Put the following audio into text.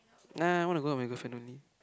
nah I want to go out with my girlfriend only